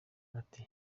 ati